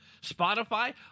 Spotify